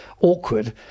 awkward